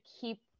keep